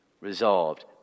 resolved